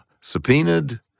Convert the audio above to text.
subpoenaed